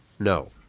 No